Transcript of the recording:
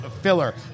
filler